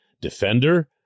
defender